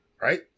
right